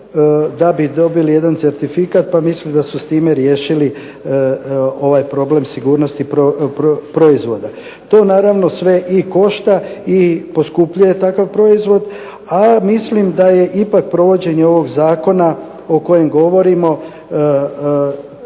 da bi dobili jedan certifikat pa misle da su s time riješili ovaj problem sigurnosti proizvoda. To naravno sve i košta i poskupljuje takav proizvod, ali mislim da je ipak provođenje ovog Zakona o kojem govorimo